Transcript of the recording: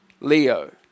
Leo